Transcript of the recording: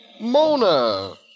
Mona